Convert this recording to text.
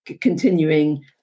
Continuing